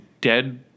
dead